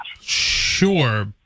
Sure